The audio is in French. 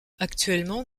actuellement